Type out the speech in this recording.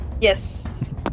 Yes